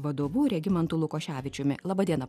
vadovu regimantu lukoševičiumi laba diena